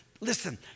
listen